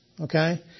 Okay